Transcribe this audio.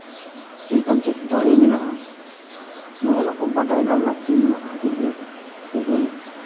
ᱪᱮᱫ ᱞᱮᱠᱟᱱ ᱪᱮᱫ ᱫᱟᱲᱮ ᱢᱮᱱᱟᱜᱼᱟ ᱱᱚᱜᱼᱚ ᱱᱚᱣᱟ ᱠᱚ ᱵᱟᱰᱟᱭ ᱨᱮᱱᱟᱜ ᱞᱟᱹᱠᱛᱤ ᱢᱮᱱᱟᱜᱼᱟ ᱠᱷᱟᱹᱛᱤᱨ ᱜᱮ ᱛᱮᱦᱤᱧ